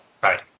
Bye